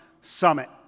Summit